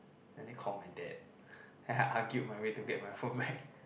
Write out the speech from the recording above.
and then call my dad then I argued my way to get my phone back